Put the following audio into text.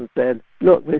and said, look,